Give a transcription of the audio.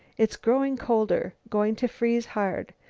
it's growing colder going to freeze hard.